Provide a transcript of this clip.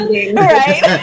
Right